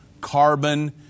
Carbon